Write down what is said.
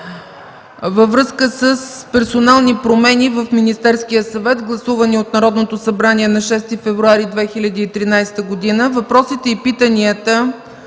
Във връзка с персонални промени в Министерския съвет, гласувани от Народното събрание на 6 февруари 2013 г., въпросите и питанията